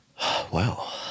Wow